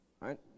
right